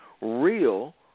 real